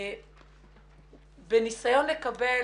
בניסיון לקבל